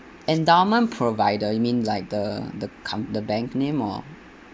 endowment provider you mean like the the account the bank name or